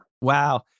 Wow